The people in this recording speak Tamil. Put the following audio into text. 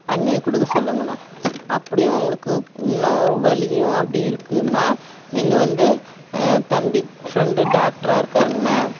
அண்ணியை கொடுக்க சொல்லுங்கண்ணா அப்படியும் உங்களுக்கு இன்னும் ஒரு வலியும் அப்படி இருக்குதுன்னா நீங்கள் வந்து தம்பி ஃப்ரெண்டு டாக்டரா இருக்காருங்கண்ணா